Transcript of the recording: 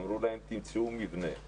אמרו להן, תמצאו מבנה.